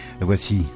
Voici